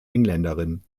engländerin